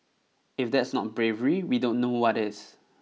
if that's not bravery we don't know what is